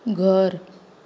घर